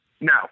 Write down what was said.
No